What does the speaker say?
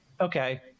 okay